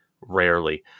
rarely